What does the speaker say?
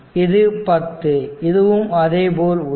இது 10 இதுவும் அதே போல் உள்ளது